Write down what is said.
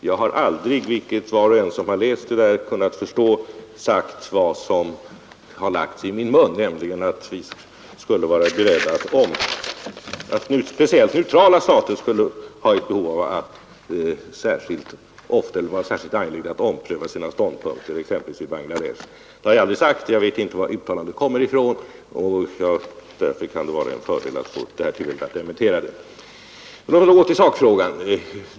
Jag har aldrig — vilket var och en som läst detta kunnat förstå — sagt vad som här läggs i min mun, nämligen att neutrala stater skulle 29 vara särskilt angelägna att ompröva sina ståndpunkter exempelvis i frågan om Bangladesh. Det har jag aldrig sagt. Jag vet inte varifrån det uttalandet kommer. Därför kan det vara en fördel att nu få tillfälle att dementera det. Låt mig så övergå till sakfrågan!